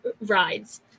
rides